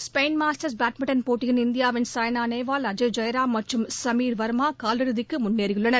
Spain masters badminton போட்டியில் இந்தியாவின் சாய்னா நேவால் அஜய் ஜெயராம் மற்றும் சமீர் வர்மா காலிறுதிக்கு முன்னேறியுள்ளனர்